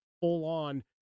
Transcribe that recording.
full-on